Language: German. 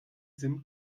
sim